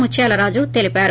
ముత్యాల రాజు తెలిపారు